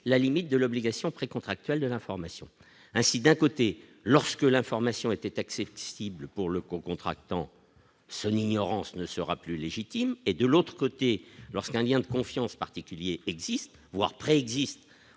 la limite de l'obligation précontractuel de l'information ainsi d'un côté, lorsque l'information était cibles pour le con contractant seniors en ce ne sera plus légitime et de l'autre côté, lorsqu'un lien de confiance particulier existe, voire très existe